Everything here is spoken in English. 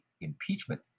impeachment